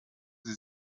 sie